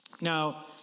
Now